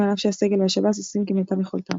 על אף שהסגל והשב"ס עושים כמיטב יכולתם.